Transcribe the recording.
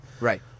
right